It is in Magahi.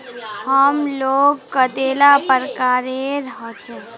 होम लोन कतेला प्रकारेर होचे?